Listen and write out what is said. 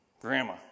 Grandma